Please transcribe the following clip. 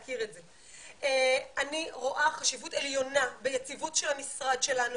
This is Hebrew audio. אני רואה חשיבות עליונה ביציבות של המשרד שלנו,